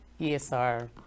ESR